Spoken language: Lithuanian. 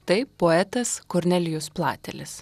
tai poetas kornelijus platelis